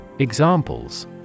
Examples